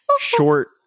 short